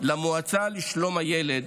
למועצה לשלום הילד,